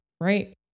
right